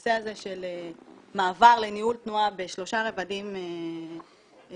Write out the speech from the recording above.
הנושא של מעבר לניהול תנועה בשלושה רבדים שונים,